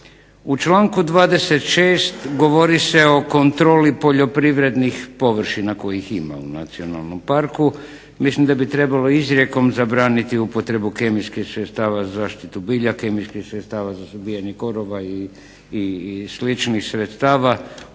U članku 26. govori se o kontroli poljoprivrednih površina kojih ima u nacionalnom parku. Mislim da bi trebalo izrijekom zabraniti upotrebu kemijskih sredstava za zaštitu biljaka, kemijskih sredstava za suzbijanje korova i sličnih sredstava